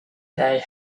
they